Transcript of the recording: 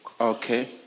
Okay